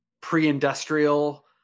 pre-industrial